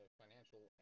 financial